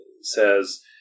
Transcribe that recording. says